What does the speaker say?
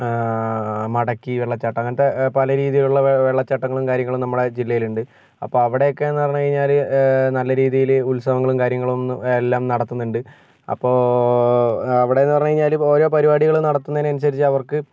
മടക്കി വെള്ളച്ചാട്ടം അങ്ങനത്തെ പല രീതിയിലുള്ള വെള്ളച്ചാട്ടം കാര്യങ്ങളും നമ്മുടെ ജില്ലയിലുണ്ട് അപ്പം അവിടെയൊക്കെയെന്ന് പറഞ്ഞ് കഴിഞ്ഞാൽ നല്ല രീതിയിൽ ഉത്സവങ്ങളും കാര്യങ്ങളും എല്ലാം നടത്തുന്നുണ്ട് അപ്പോൾ അവിടെനിന്ന് പറഞ്ഞ് കഴിഞ്ഞാൽ ഓരോ പരിപാടികളും നടത്തുന്നതിനനുസരിച്ച് അവർക്ക്